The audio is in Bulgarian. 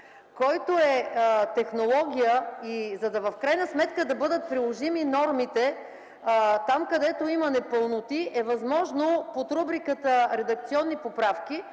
който е технология, и в крайна сметка, за да бъдат приложими нормите, там, където има непълноти, е възможно под рубриката „редакционни поправки”